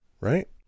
right